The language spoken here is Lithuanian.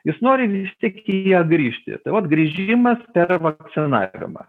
jis nori vis tik į ją grįžti tai vat grįžimas per vakcinavimą